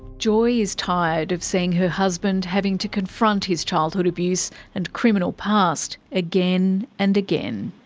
joy is tired of seeing her husband having to confront his childhood abuse and criminal past again and again.